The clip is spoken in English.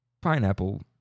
pineapple